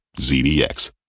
ZDX